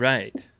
Right